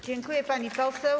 Dziękuję, pani poseł.